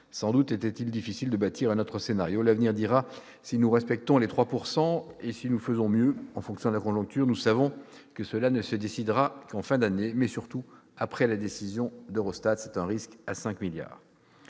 sans doute était-il difficile de bâtir un autre scénario. L'avenir dira si nous respectons les 3 % et si nous faisons mieux, en fonction de la conjoncture. Nous savons que cela ne se décidera pas qu'en fin d'année, mais surtout après la décision d'Eurostat. C'est un risque à 5 milliards